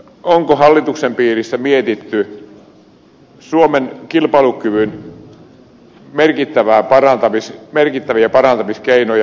onko hallituksen piirissä mietitty suomen kilpailukyvyn merkittäviä parantamiskeinoja